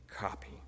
copy